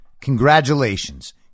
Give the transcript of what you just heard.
Congratulations